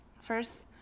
first